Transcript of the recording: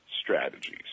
strategies